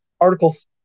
Articles